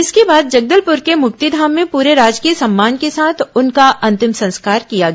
इसके बाद जगदलपुर के मुक्तिघाम में पूरे राजकीय सम्मान के साथ उनका अंतिम संस्कार किया गया